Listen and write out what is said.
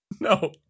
No